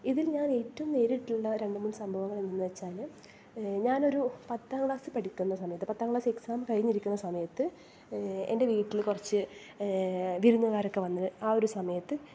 ഇതിൽ ഞാൻ ഏറ്റവും നേരിട്ടുള്ള രണ്ട് മൂന്ന് സംഭവങ്ങൾ എന്ന് വച്ചാൽ ഞാനൊരു പത്താം ക്ലാസ്സിൽ പഠിക്കുന്ന സമയത്ത് പത്താം ക്ലാസ് എക്സാം കഴിഞ്ഞിരിക്കുന്ന സമയത്ത് എൻ്റെ വീട്ടിൽ കുറച്ച് വിരുന്നുകാരൊക്കെ വന്ന ഒരു സമയത്ത്